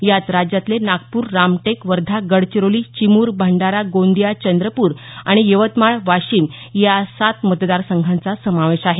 यात राज्यातले नागपूर रामटेक वर्धा गडचिरोली चिमूर भंडारा गोंदिया चंद्रपूर आणि यवतमाळ वाशिम या सात मतदारसंघाचा समावेश आहे